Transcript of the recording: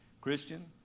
Christian